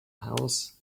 house